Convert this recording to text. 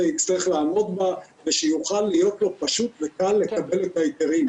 יצטרך לעמוד בה ושיוכל להיות לו פשוט וקל לקבל את ההיתרים.